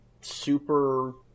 super